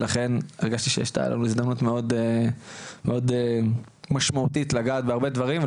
ולכן הרגשתי שיש כאן הזדמנות מאוד משמעותית לגעת בהרבה דברים.